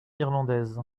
irlandaise